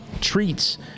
Treats